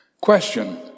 Question